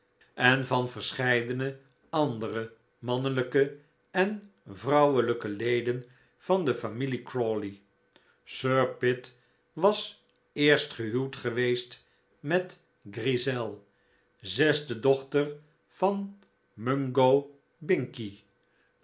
en van verscheidene andere mannelijke en vrouwelijke leden van de familie crawley sir pitt was eerst gehuwd geweest met grizzel zesde dochter van mungo